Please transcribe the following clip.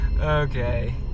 okay